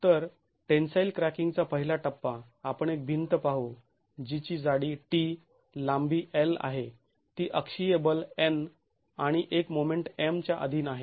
तर tensile cracking चा पहिला टप्पा आपण एक भिंत पाहू जी ची जाडी t लांबी l आहे ती अक्षीय बल N आणि एक मोमेंट M च्या अधीन आहे